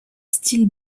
style